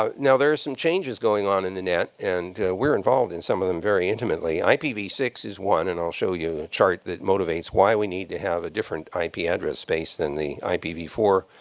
um now, there are some changes going on in the net. and we're involved in some of them very intimately. i p v six is one. and i'll show you a chart that motivates why we need to have a different i p. address space than the i p v four.